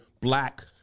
black